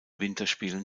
winterspielen